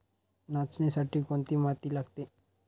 नाचणीसाठी कोणती माती लागते?